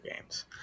games